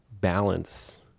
balance